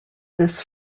this